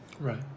Right